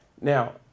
Now